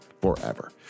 ...forever